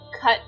cut